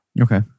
Okay